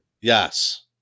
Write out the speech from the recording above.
Yes